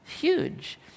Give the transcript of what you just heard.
Huge